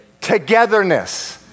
Togetherness